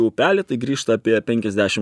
upelį tai grįžta apie penkiasdešim